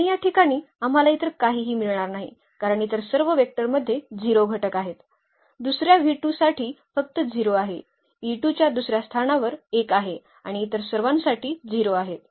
आणि या ठिकाणी आम्हाला इतर काहीही मिळणार नाही कारण इतर सर्व वेक्टरमध्ये 0 घटक आहेत दुसर्या साठी फक्त 0 आहे च्या दुसर्या स्थानावर 1 आहे आणि इतर सर्वांसाठी 0 आहेत